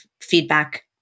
feedback